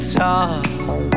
talk